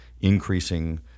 increasing